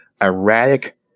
erratic